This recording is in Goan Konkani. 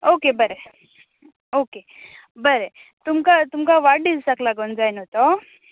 ओके बरें ओके बरें तुमकां तुमकां वाढदिवसाक लागून जाय न्हू तो